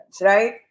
right